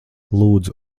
lūdzu